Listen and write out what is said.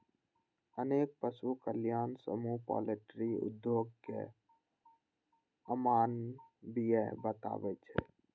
अनेक पशु कल्याण समूह पॉल्ट्री उद्योग कें अमानवीय बताबै छै